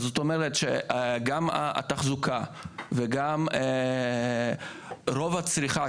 זאת אומרת שגם התחזוקה ורוב הצריכה,